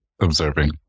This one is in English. observing